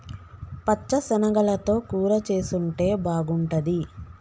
పచ్చ శనగలతో కూర చేసుంటే బాగుంటది